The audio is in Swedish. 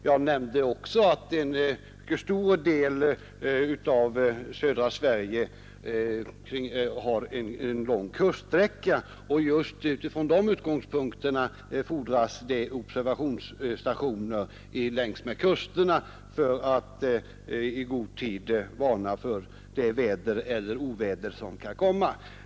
Jag nämnde också att södra Sverige har en lång kuststräcka, och just längs kusterna erfordras observationsstationer som i god tid kan varna för det oväder som kan komma.